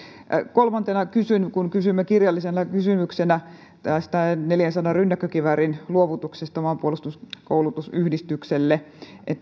kolmantena kysyn kysyimme kirjallisena kysymyksenä tästä neljänsadan rynnäkkökiväärin luovutuksesta maanpuolustuskoulutusyhdistykselle mutta